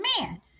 man